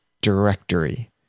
directory